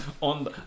on